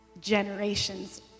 generations